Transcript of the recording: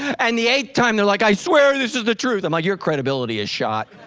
and the eighth time they're like, i swear this is the truth. i'm like, your credibility is shot.